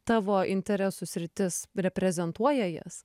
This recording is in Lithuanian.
tavo interesų sritis reprezentuoja jas